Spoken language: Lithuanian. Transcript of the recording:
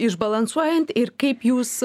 išbalansuojant ir kaip jūs